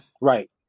Right